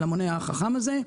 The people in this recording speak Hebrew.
של המונה החכם הזה,